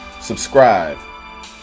subscribe